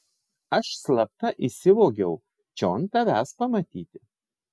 aš slapta įsivogiau čion tavęs pamatyti